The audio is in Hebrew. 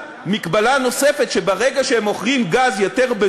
התשע"ה 2015, של חברי הכנסת מאיר כהן ויאיר לפיד.